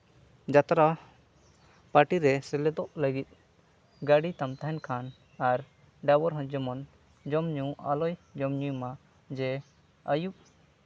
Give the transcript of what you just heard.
ᱡᱟᱛᱨᱟ ᱯᱟᱨᱴᱤ ᱨᱮ ᱥᱮᱞᱮᱫᱚᱜ ᱞᱟᱹᱜᱤᱫ ᱜᱟᱹᱰᱤ ᱛᱟᱢ ᱛᱟᱦᱮᱱ ᱠᱷᱟᱱ ᱟᱨ ᱰᱟᱭᱵᱷᱚᱨ ᱦᱚᱸ ᱡᱮᱢᱚᱱ ᱡᱚᱢᱼᱧᱩ ᱟᱞᱚᱭ ᱡᱚᱢᱼᱧᱩᱭ ᱢᱟ ᱡᱮ ᱟᱹᱭᱩᱵ